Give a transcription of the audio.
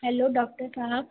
hello doctor Sahib